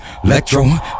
Electro